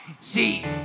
See